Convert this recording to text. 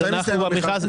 בנוסף,